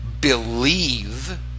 believe